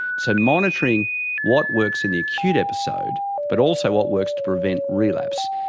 so monitoring what works in the acute episode but also what works to prevent relapse,